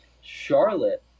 Charlotte